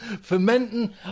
Fermenting